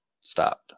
stopped